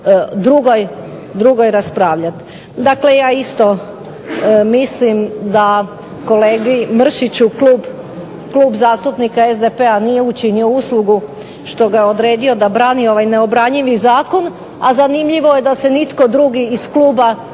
drugoj raspravljati. Dakle, ja isto mislim da kolegi Mršiću Klub zastupnika SDP-a nije učinio uslugu što ga je odredio da brani ovaj neobranjivi zakon, a zanimljivo je da se nitko drugi iz kluba